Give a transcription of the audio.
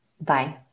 bye